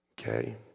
okay